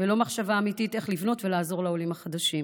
ולא מחשבה אמיתית איך לבנות ולעזור לעולים החדשים.